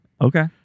Okay